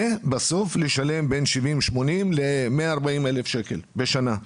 ובסוף לשלם בין 80-70 אלף שקל ל-140 אלף שקל בשנה.